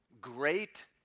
great